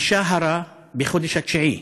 אישה הרה בחודש התשיעי,